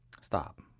stop